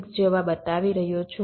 6 જેવા બતાવી રહ્યો છું